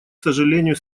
сожалению